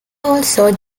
also